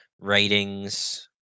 writings